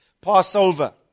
Passover